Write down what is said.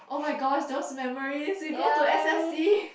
oh my gosh those memories we go to s_s_c